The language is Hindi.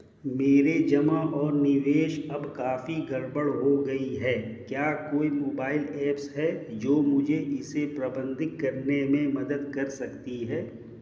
मेरे जमा और निवेश अब काफी गड़बड़ हो गए हैं क्या कोई मोबाइल ऐप है जो मुझे इसे प्रबंधित करने में मदद कर सकती है?